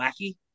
wacky